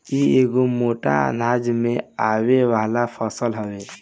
इ एगो मोट अनाज में आवे वाला फसल हवे